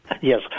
Yes